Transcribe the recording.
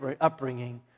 upbringing